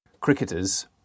Cricketers